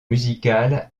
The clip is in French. musicale